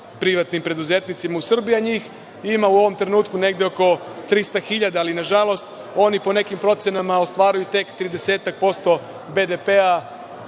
privatnim preduzetnicima u Srbiji, a njih ima u ovom trenutku negde oko 300.000. Ali, nažalost, oni po nekim procenama ostvaruju tek tridesetak